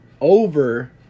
over